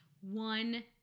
One